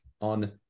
on